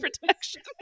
protection